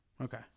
Okay